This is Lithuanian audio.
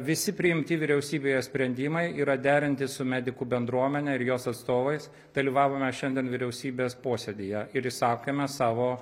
visi priimti vyriausybėje sprendimai yra derinti su medikų bendruomene ir jos atstovais dalyvavome šiandien vyriausybės posėdyje ir išsakėme savo